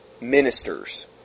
Ministers